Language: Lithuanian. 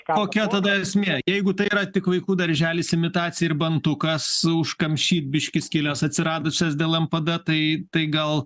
kokia tada esmė jeigu tai yra tik vaikų darželis imitacija ir bantukas užkamšyt biškį skyles atsiradusias dėl npd tai tai gal